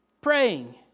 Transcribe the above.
praying